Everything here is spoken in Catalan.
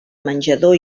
menjador